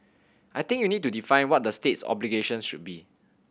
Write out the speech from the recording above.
I think you need to define what the state's obligations should be